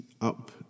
up